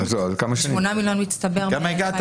8 מיליון זה מצטבר.